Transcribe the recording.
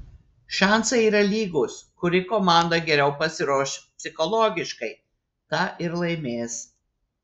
šansai yra lygūs kuri komanda geriau pasiruoš psichologiškai ta ir laimės